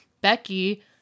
Becky